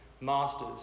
Masters